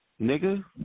Nigga